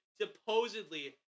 supposedly